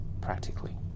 practically